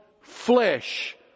flesh